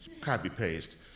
copy-paste